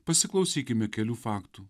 pasiklausykime kelių faktų